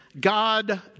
God